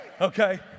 Okay